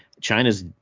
China's